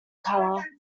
colour